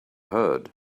heard